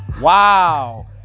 Wow